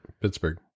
Pittsburgh